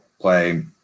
play